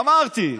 אמרתי,